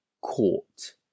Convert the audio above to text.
caught